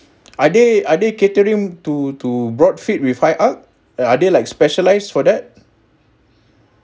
are they are they catering to to broad feet with high arc are they like specialized for that